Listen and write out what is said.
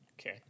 Okay